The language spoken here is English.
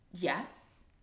Yes